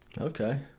Okay